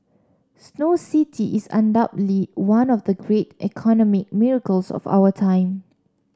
Snow City is undoubtedly one of the great economic miracles of our time